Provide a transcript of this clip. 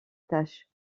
tâche